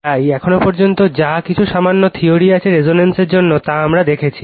তাই এখন পর্যন্ত যা কিছু সামান্য বিট থীওরি আছে রেজোনেন্স জন্য আমরা তা দেখেছি